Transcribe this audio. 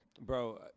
Bro